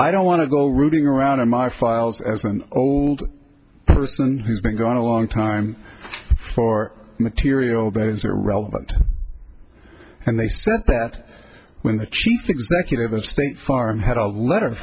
i don't want to go rooting around in my files as an old person who's been gone a long time for material brains are relevant and they said that when the chief executive of state farm had a letter